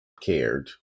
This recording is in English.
cared